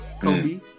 kobe